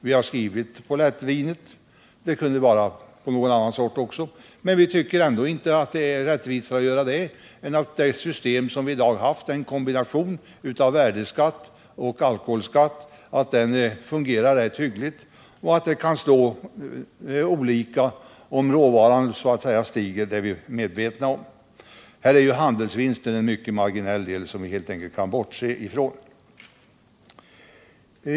Vi har i betänkandet talat om lättvinet i det sammanhanget, men det kunde också gälla någon annan dryckessort. Vi tycker ändå inte att det skulle vara rättvisare att göra så än att som i dag tillämpa en rätt hyggligt fungerande kombination av värdeskatt och alkoholskatt, även om vi är medvetna om att det kan bli olika utslag om priset på råvaran stiger. I detta sammanhang är handelsvinsten en mycket marginell del, som vi helt enkelt kan bortse från.